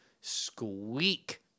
squeak